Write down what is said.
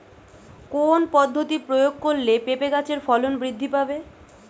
কোন পদ্ধতি প্রয়োগ করলে পেঁপে গাছের ফলন বৃদ্ধি পাবে?